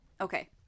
Okay